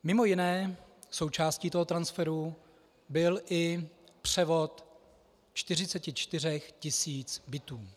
Mimo jiné součástí toho transferu byl i převod 44 tisíc bytů.